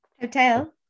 Hotel